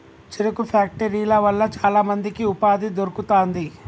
చెరుకు ఫ్యాక్టరీల వల్ల చాల మందికి ఉపాధి దొరుకుతాంది